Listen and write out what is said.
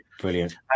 Brilliant